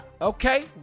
Okay